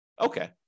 Okay